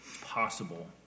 Possible